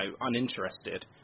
uninterested